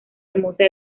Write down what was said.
hermosa